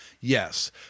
yes